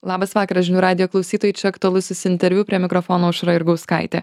labas vakaras žinių radijo klausytojai čia aktualusis interviu prie mikrofono aušra jurgauskaitė